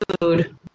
food